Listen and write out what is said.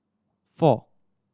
four